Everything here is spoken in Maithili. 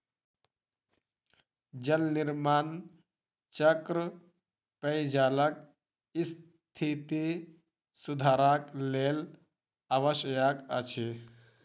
जल निर्माण चक्र पेयजलक स्थिति सुधारक लेल आवश्यक अछि